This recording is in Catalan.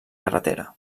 carretera